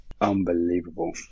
unbelievable